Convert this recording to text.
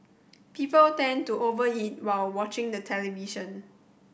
people tend to over eat while watching the television